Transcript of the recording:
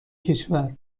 کشور